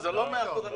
זה לא 100% הכרה.